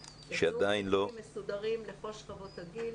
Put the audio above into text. יצאו מיילים מסודרים לכל שכבות הגיל.